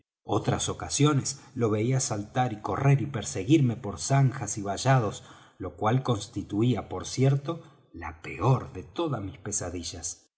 otras ocasiones lo veía saltar y correr y perseguirme por zanjas y vallados lo cual constituía por cierto la peor de todas mis pesadillas